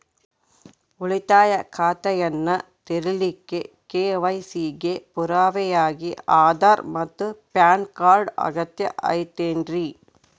ಉಳಿತಾಯ ಖಾತೆಯನ್ನ ತೆರಿಲಿಕ್ಕೆ ಕೆ.ವೈ.ಸಿ ಗೆ ಪುರಾವೆಯಾಗಿ ಆಧಾರ್ ಮತ್ತು ಪ್ಯಾನ್ ಕಾರ್ಡ್ ಅಗತ್ಯ ಐತೇನ್ರಿ?